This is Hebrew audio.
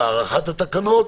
בהארכת התקנות,